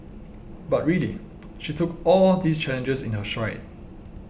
but really she took all these challenges in her stride